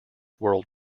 world